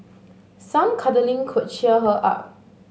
some cuddling could cheer her up